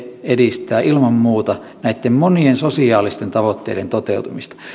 edistää ilman muuta näitten monien sosiaalisten tavoitteiden toteutumista